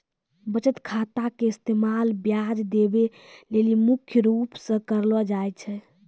बचत खाता के इस्तेमाल ब्याज देवै लेली मुख्य रूप से करलो जाय छै